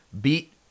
beat